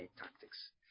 tactics